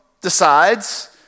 decides